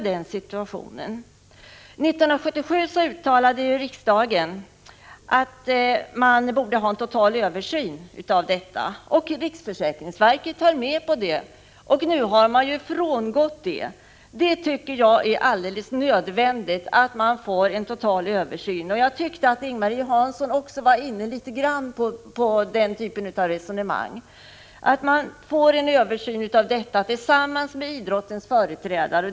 År 1977 uttalade riksdagen att man borde ha en total översyn på området. Riksförsäkringsverket höll med. Nu har man frångått detta. Jag tycker det är alldeles nödvändigt att vi får en total översyn — Ing-Marie Hansson var också inne på den typen av resonemang — tillsammans med idrottens företrädare.